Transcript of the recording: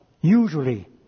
usually